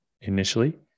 initially